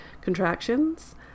contractions